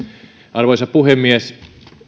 arvoisa puhemies